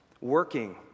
working